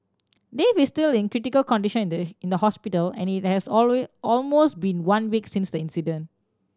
Dave is still in critical condition in the hospital and it has almost been one week since the incident